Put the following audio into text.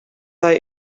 hij